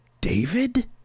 David